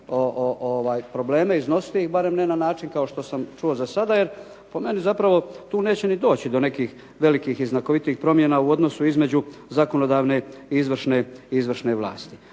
probleme. Iznositi ih barem ne na način kao što sam čuo za sada, jer po meni zapravo tu neće ni doći do nekih velikih i znakovitijih promjena u odnosu između zakonodavne i izvršne vlasti.